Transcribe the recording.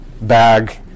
bag